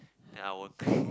then I won't